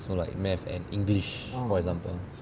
so like mathematics and english for example